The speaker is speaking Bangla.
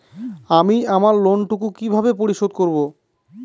আমি আমার লোন টুকু কিভাবে পরিশোধ করব?